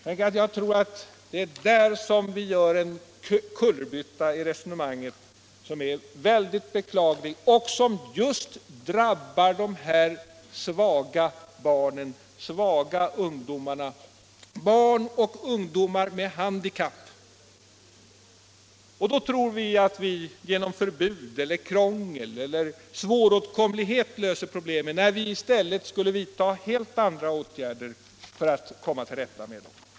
Tänk att jag tror att det är där som vi gör en kullerbytta i resonemanget som är väldigt beklaglig och som just drabbar de här svaga barnen, de här svaga ungdomarna — barn och ungdomar med handikapp. Då tror vi att vi genom förbud eller krångel eller svåråtkomlighet löser problemen, när vi i stället skulle vidta helt andra åtgärder för att komma till rätta med problemen.